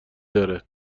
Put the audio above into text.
داره